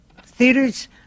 theaters